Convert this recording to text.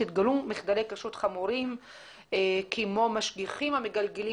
התגלו מחדלי כשרות חמורים כמו: משגיחים המגלגלים